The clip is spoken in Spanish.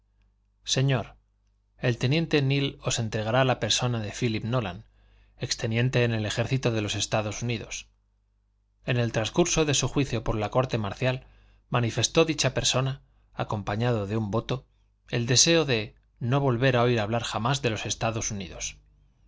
señor el teniente neale os entregará la persona de phílip nolan ex teniente en el ejército de los estados unidos en el transcurso de su juicio por la corte marcial manifestó dicha persona acompañado de un voto el deseo de no volver a oír hablar jamás de los estados unidos